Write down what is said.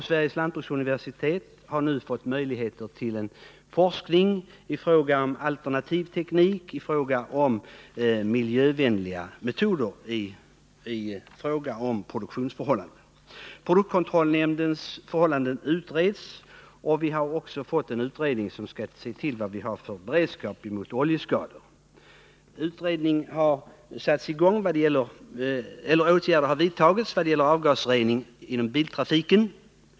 Sveriges lantbruksuniversitet har nu fått möjligheter till forskning om alternativ teknik och miljövänliga metoder inom produktionen. Produktkontrollnämndens förhållanden och resurser utreds, och vi har också tatt en utredning som skall undersöka vad vi har för beredskap mot oljeskador. Åtgärder har också vidtagits i vad gäller avgasrening inom biltrafiken.